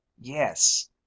Yes